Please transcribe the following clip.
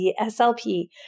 SLP